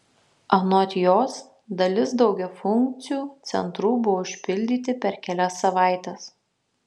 anot jos dalis daugiafunkcių centrų buvo užpildyti per kelias savaites